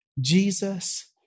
Jesus